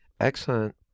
excellent